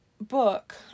book